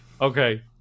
okay